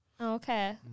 Okay